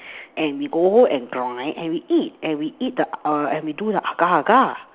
and we go home and and we eat and we eat the uh and we do the agar Agar